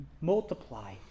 multiply